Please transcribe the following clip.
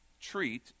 treat